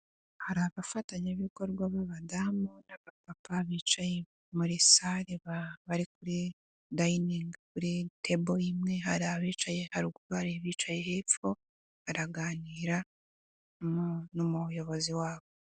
Hari abafatanyabikorwa b'abadamu naba papa bicaye muri sale bari kuri dayiningi kuri tabule imwe ,hari abicaye haruguru hari abicaye hepfo baraganira n'umuyobozi wabo.